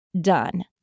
done